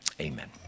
amen